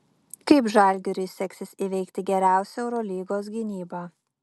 kaip žalgiriui seksis įveikti geriausią eurolygos gynybą